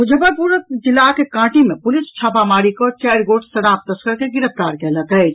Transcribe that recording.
मुजफ्फपुर जिलाक काटी मे पुलिस छापामारी कऽ चारि गोट शराब तस्कर के गिरफ्तार कयलक अछि